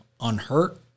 unhurt